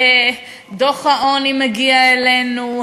דוח העוני מגיע אלינו,